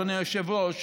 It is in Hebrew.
אדוני היושב-ראש,